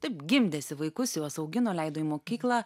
taip gimdėsi vaikus juos augino leido į mokyklą